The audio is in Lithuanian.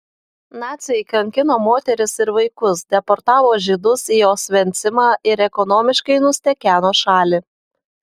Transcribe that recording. naciai kankino moteris ir vaikus deportavo žydus į osvencimą ir ekonomiškai nustekeno šalį